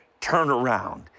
turnaround